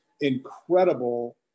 incredible